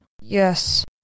Yes